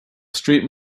street